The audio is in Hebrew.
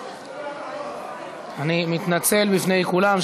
אני מתנצל בפני כולם.